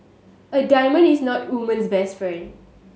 a diamond is not a woman's best friend